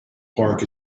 park